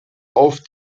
auf